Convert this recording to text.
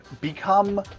become